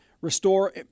Restore